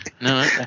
No